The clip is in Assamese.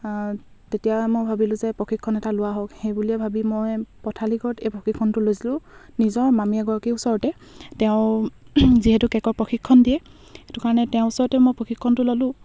তেতিয়া মই ভাবিলো যে প্ৰশিক্ষণ এটা লোৱা হওক সেই বুলি ভাবি মই পঠালি ঘৰত এই প্ৰশিক্ষণটো লৈছিলো নিজৰ মামি এগৰাকীৰ ওচৰতে তেওঁ যিহেতু কে'কৰ প্ৰশিক্ষণ দিয়ে সেইটো কাৰণে তেওঁৰ ওচৰতে মই প্ৰশিক্ষণটো ল'লোঁ